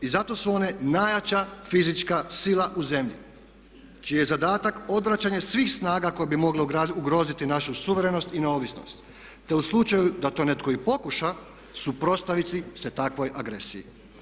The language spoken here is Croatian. I zato su one najjača fizička sila u zemlji čiji je zadatak odvraćanje svih snaga koje bi mogle ugroziti našu suverenost i neovisnost te u slučaju da to netko i pokuša suprotstaviti se takvoj agresiji.